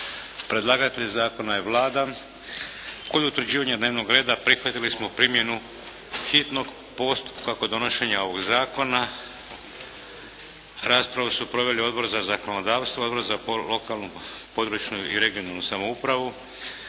Predlagatelj Zakona je Vlada. Kod utvrđivanja dnevnog reda prihvatili smo primjenu hitnog postupka kod donošenja ovoga Zakona. Raspravu su proveli Odbor za zakonodavstvo, Odbor za lokalnu, područnu i regionalnu samoupravu.